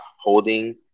holding